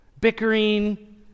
bickering